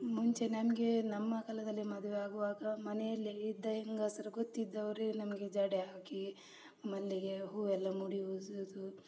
ಮುಂಚೆ ನಮಗೆ ನಮ್ಮ ಕಾಲದಲ್ಲಿ ಮದುವೆ ಆಗುವಾಗ ಮನೆಯಲ್ಲೇ ಇದ್ದ ಹೆಂಗಸ್ರು ಗೊತ್ತಿದ್ದವರು ನಮಗೆ ಜಡೆ ಹಾಕಿ ಮಲ್ಲಿಗೆ ಹೂವೆಲ್ಲ ಮುಡಿಸುವುದು